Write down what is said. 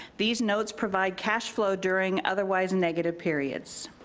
these notes provide cash flow during otherwise and negative periods.